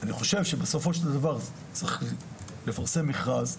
אני חושב שבסופו של דבר צריך לפרסם מכרז,